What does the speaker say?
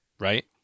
Right